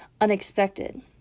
unexpected